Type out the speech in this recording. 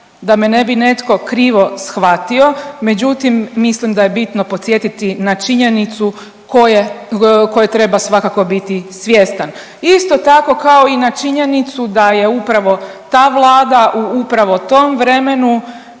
da me ne bi netko krivo shvatio. Međutim, mislim da je bitno podsjetiti na činjenicu koje treba svakako biti svjestan, isto tako kao i na činjenicu da je upravo ta Vlada u upravo tom vremenu